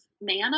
man